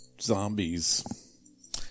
zombies